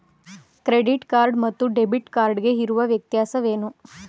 Credit card ಮತ್ತು debit card ಗೆ ಇರುವ ವ್ಯತ್ಯಾಸವೇನು?